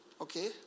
okay